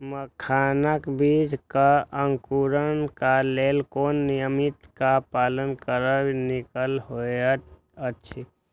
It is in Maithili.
मखानक बीज़ क अंकुरन क लेल कोन नियम क पालन करब निक होयत अछि?